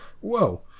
whoa